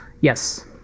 Yes